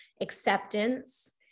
acceptance